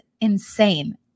insane